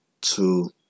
two